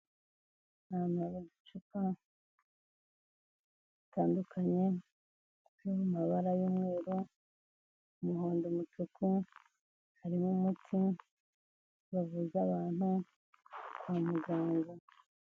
Amacupa atandukanye, ari mu mabara y'umweru, umuhondo, umutuku, harimo umuti bavuza abantu kwa muganga.